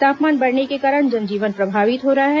तापमान बढ़ने के कारण जन जीवन प्रभावित हो रहा है